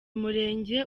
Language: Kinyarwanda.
murenge